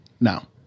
Now